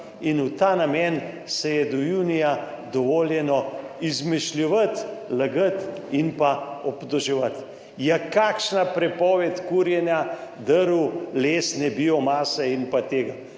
in v ta namen se je do junija dovoljeno izmišljevati, lagati in pa obtoževati. Ja kakšna prepoved kurjenja drv, lesne biomase in pa tega?